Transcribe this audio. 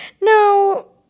no